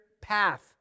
path